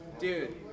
Dude